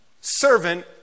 servant